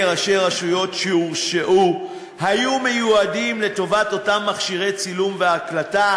ראשי רשויות שהורשעו היו מיועדים לטובת אותם מכשירי צילום והקלטה,